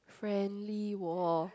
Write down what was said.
friendly !woah!